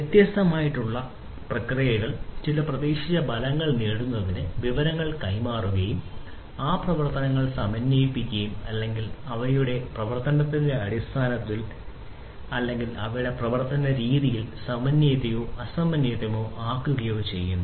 ഈ പ്രക്രിയകൾ ഒരേസമയ പ്രക്രിയകൾ ചില പ്രതീക്ഷിച്ച ഫലങ്ങൾ നേടുന്നതിന് വിവരങ്ങൾ കൈമാറുകയും ഈ പ്രവർത്തനങ്ങൾ സമന്വയിപ്പിക്കുകയും അല്ലെങ്കിൽ അവയുടെ പ്രവർത്തനത്തിന്റെ അടിസ്ഥാനത്തിൽ അല്ലെങ്കിൽ അവയുടെ പ്രവർത്തനരീതിയിൽ സമന്വിതമോ അസമന്വിതമോ ആക്കുകുകയും ചെയ്യും